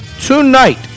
tonight